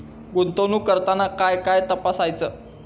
गुंतवणूक करताना काय काय तपासायच?